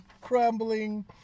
crumbling